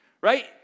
Right